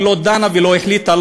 ולא דנה ולא החליטה,